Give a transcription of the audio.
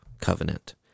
covenant